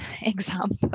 example